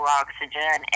oxygen